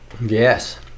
yes